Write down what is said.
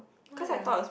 why ah